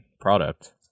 product